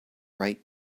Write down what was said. write